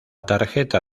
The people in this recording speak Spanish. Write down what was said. tarjeta